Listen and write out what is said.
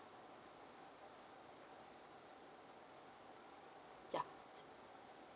ya